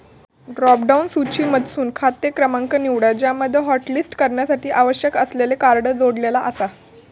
drop down सूचीमधसून खाते क्रमांक निवडा ज्यामध्ये हॉटलिस्ट करण्यासाठी आवश्यक असलेले कार्ड जोडलेला आसा